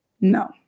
No